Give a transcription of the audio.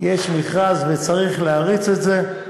יש מכרז, וצריך להריץ את זה.